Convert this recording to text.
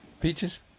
Peaches